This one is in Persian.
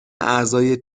اعضای